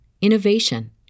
innovation